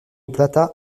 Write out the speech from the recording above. plata